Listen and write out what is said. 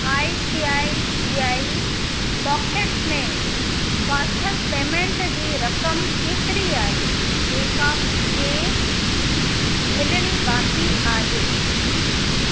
आई C आई C आई pockets में फाथलु payment जी रक़म केतिरी आहे जेका मूंखे मिलणी बाक़ी आहे